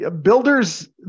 Builders